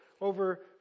Over